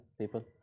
people